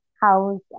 house